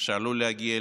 עלול להגיע